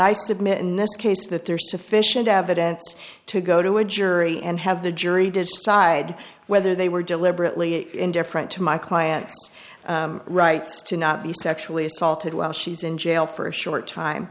submit in this case that there's sufficient evidence to go to a jury and have the jury decide whether they were deliberately indifferent to my client's rights to not be sexually assaulted while she's in jail for a short time